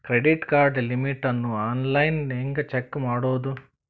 Credit card limit ಅನ್ನು online ಹೆಂಗ್ check ಮಾಡೋದು?